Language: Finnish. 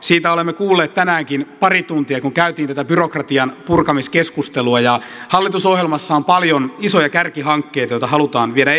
siitä olemme kuulleet tänäänkin pari tuntia kun käytiin tätä byrokratian purkamiskeskustelua ja hallitusohjelmassa on paljon isoja kärkihankkeita joita halutaan viedä eteenpäin